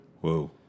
whoa